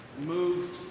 moved